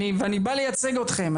אני בא לייצג אתכם.